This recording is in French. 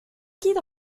guide